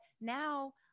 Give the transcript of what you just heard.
now